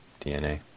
DNA